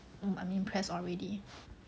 mm I mean press or ready